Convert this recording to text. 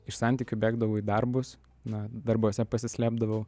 iš santykių bėgdavau į darbus na darbuose pasislėpdavau